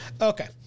Okay